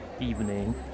evening